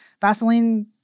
Vaseline